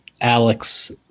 Alex